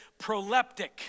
proleptic